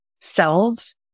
selves